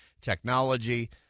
technology